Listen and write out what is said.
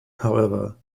however